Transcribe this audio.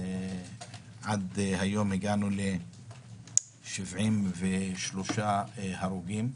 עד היום הגענו ל-73 הרוגים.